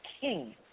king